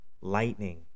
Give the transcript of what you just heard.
lightning